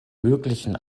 möglichen